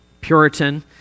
Puritan